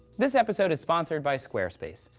this episode is sponsored by squarespace.